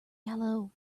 yellow